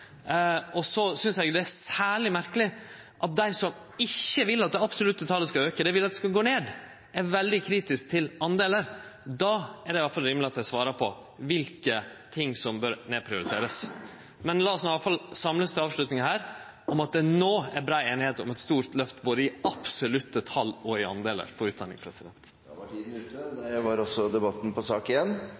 Så synest eg det er særleg merkeleg at dei som ikkje vil at det absolutte talet skal aukast, men vil at det skal gå ned, er veldig kritiske til delar. Då er det rimeleg at ein svarer på kva som bør nedprioriterast. Lat oss iallfall samlast i avslutninga her om at det no er brei einigheit om eit stort løft både i absolutte tal og delar innan utdanning. Sak nr. 1 er ferdigbehandlet. For det